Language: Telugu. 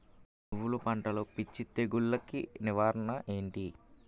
నువ్వులు పంటలో పిచ్చి తెగులకి నివారణ ఏంటి?